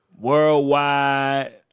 Worldwide